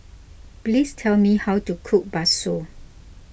please tell me how to cook Bakso